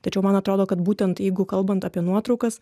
tačiau man atrodo kad būtent jeigu kalbant apie nuotraukas